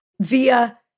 via